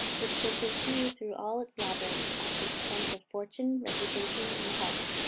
which they pursue through all its labyrinths, at the expense of fortune, reputation, and health.